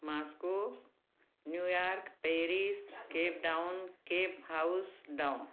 Moscow New York Paris Cape Town cape house down